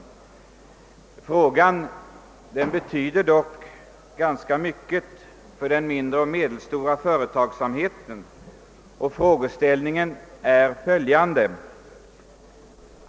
Den fråga det här gäller är ganska betydelsefull för den mindre och medelstora företagsamheten. Frågeställningen är följande.